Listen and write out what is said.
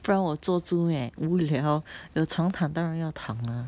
不然我坐住 meh 无聊有床躺当然要躺吗